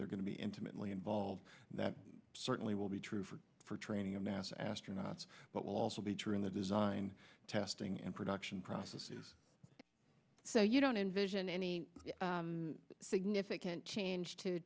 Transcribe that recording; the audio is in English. they're going to be intimately involved that certainly will be true for for training of nasa astronauts but will also be true in the design testing and production processes so you don't envision any significant change to